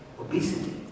obesity